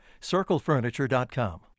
CircleFurniture.com